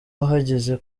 wahageze